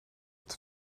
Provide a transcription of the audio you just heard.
het